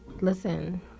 listen